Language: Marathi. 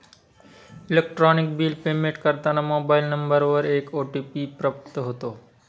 इलेक्ट्रॉनिक बिल पेमेंट करताना मोबाईल नंबरवर एक ओ.टी.पी प्राप्त होतो